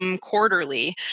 quarterly